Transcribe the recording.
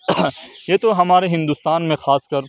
یہ تو ہمارے ہندوستان میں خاص کر